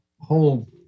whole